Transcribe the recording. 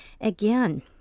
again